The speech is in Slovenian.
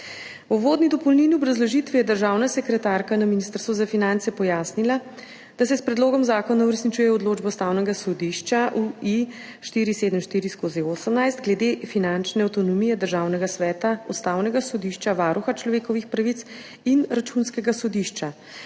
V uvodni dopolnilni obrazložitvi je državna sekretarka na Ministrstvu za finance pojasnila, da se s predlogom zakona uresničuje odločbo Ustavnega sodišča UI 474/18 glede finančne avtonomije Državnega sveta, Ustavnega sodišča, Varuha človekovih pravic in Računskega sodišča.